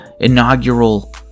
inaugural